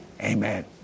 Amen